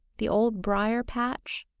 the old briar-patch.